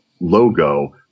logo